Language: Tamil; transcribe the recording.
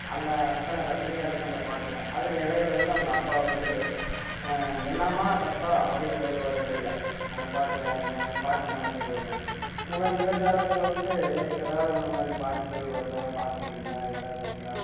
அந்த அத்தனை ரசனையாக இருக்குது அந்தப் பாட்டுங்க அதில் இடையில வந்து அவங்க அப்பா வந்து என்னம்மா சத்தம் அப்படின்ட்டு வருவார் இடையில அந்தப் பாட்டுக அந்தப் பாட்டு நடக்கும் போதுங்க அந்த மாதிரி இந்தக் காலத்தில் வந்து எதாவது அந்த மாதிரி பாட்டுக்கள் வருதா பார்க்க முடியுதா எதாவது உண்டா